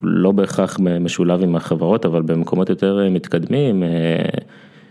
לא בהכרח משולב עם החברות, אבל במקומות יותר מתקדמים.